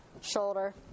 shoulder